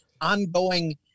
ongoing